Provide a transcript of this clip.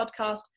podcast